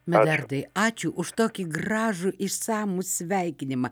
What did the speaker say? medardai ačiū už tokį gražų išsamų sveikinimą